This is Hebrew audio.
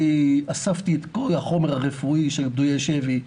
אספתי את כל החומר הרפואי של פדויי השבי,